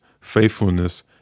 faithfulness